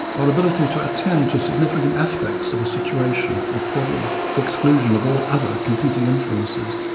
our ability to attend to significant aspects of a situation or problem, to the exclusion of all other competing influences,